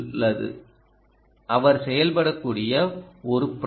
உள்ளது அவர் செயல்படக்கூடிய ஒரு ப்ரஸ்